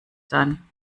dann